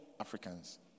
Africans